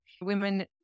Women